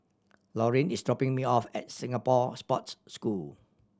Lorean is dropping me off at Singapore Sports School